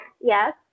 Yes